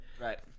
Right